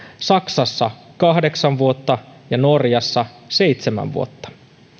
saksassa kahdeksan vuotta ja norjassa seitsemän vuotta